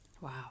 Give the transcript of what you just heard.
Wow